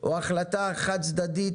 או החלטה חד צדדית